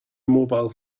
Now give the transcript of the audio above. mobile